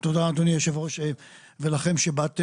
תודה רבה אדוני היושב ראש ולכם שבאתם.